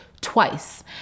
twice